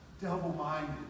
double-minded